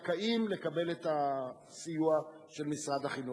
זכאים לקבל את הסיוע של משרד החינוך,